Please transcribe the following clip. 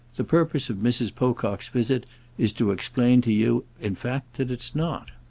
the purpose of mrs. pocock's visit is to explain to you in fact that it's not.